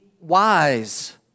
wise